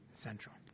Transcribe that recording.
central